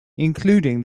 including